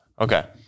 Okay